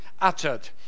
uttered